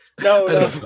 no